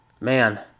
Man